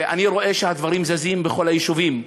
ואני רואה שהדברים זזים בכל היישובים.